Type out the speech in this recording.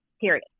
period